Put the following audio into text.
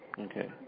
Okay